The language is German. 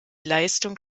leistung